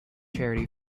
charity